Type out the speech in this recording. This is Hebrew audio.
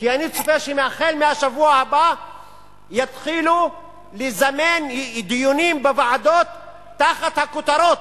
כי אני צופה שהחל מהשבוע הבא יתחילו לזמן דיונים בוועדות תחת הכותרות